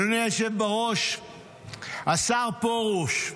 אדוני היושב בראש, השר פרוש,